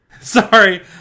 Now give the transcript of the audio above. Sorry